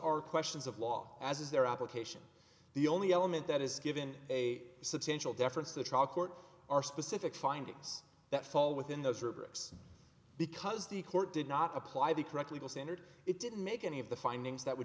are questions of law as is their application the only element that is given a substantial deference to the trial court are specific findings that fall within those or bricks because the court did not apply the correct legal standard it didn't make any of the findings that would